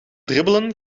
dribbelen